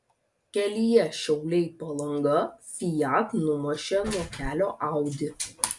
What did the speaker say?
kelyje šiauliai palanga fiat numušė nuo kelio audi